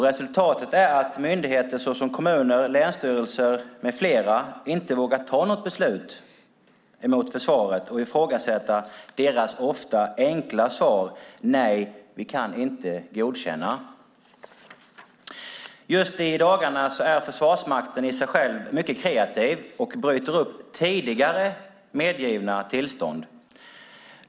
Resultatet är att myndigheter såsom kommuner, länsstyrelser med flera inte vågar ta något beslut emot försvaret och ifrågasätta deras ofta enkla svar: Nej, vi kan inte godkänna . Just i dagarna är Försvarsmakten i sig själv mycket kreativ och bryter upp tidigare medgivna tillstånd.